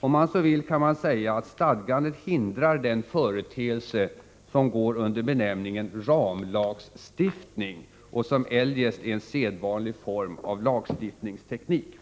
Om man så vill kan man säga att stadgandet hindrar den företeelse som går under benämningen ramlagstiftning och som eljest är en sedvanlig form av lagstiftningsteknik.